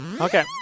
Okay